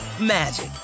magic